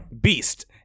beast